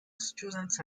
students